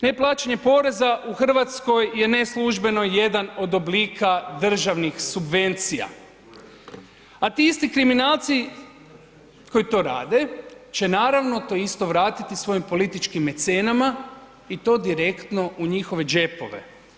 Neplaćanje poreza u Hrvatskoj je neslužbeno jedan od oblika državnih subvencija, a ti isti kriminalci koji to rade će naravno to isto vratiti svojim političkim mecenama i to direktno u njihove džepove.